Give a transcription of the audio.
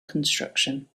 construction